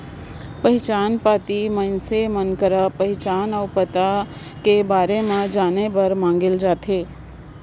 पहिचान पाती मइनसे कर पहिचान अउ पता कर बारे में जाने बर मांगल जाथे